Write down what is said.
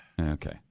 okay